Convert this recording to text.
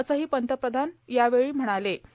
असंही पंतप्रधान यावेळी म्हणाजे